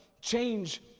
change